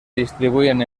distribuyen